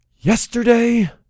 Yesterday